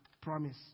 promise